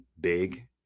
big